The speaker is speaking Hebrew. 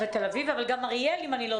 אבל גם אריאל אם אני לא